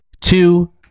two